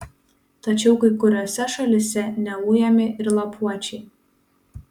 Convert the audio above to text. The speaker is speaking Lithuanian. tačiau kai kuriose šalyse neujami ir lapuočiai